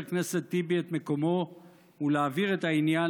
הכנסת טיבי את מקומו ולהעביר את העניין